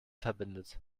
verbindet